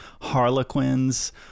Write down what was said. harlequins